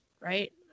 right